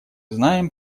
знаем